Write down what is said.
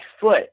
foot